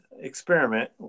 experiment